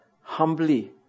humbly